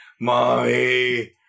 Mommy